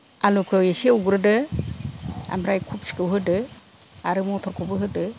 आलुखौ एसे एवग्रोदो ओमफ्राय कबिखौ होदो आरो मथरखौबो होदो